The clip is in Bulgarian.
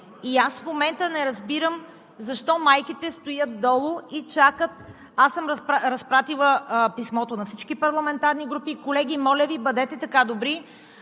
Аз в момента не разбирам защо майките стоят долу и чакат. Аз съм разпратила писмото на всички парламентарни групи. Колеги, моля Ви бъдете така добри